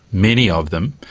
many of them,